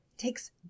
takes